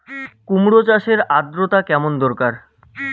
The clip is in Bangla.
কুমড়ো চাষের আর্দ্রতা কেমন দরকার?